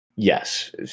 yes